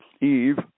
Eve